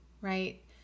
right